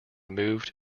moved